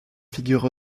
figure